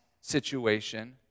situation